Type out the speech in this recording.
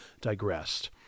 digressed